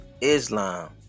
Islam